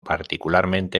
particularmente